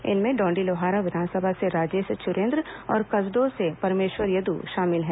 इनमें डॉंडीलोहारा विधानसभा से राजेश चुरेंद्र और कसडोल से परमेश्वर यद शामिल हैं